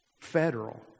federal